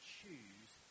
choose